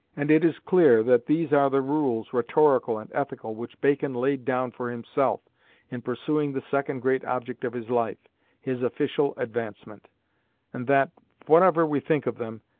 and it is clear that these are the rules, rhetorical and ethical, which bacon laid down for himself in pursuing the second great object of his life his official advancement and that, whatever we think of them,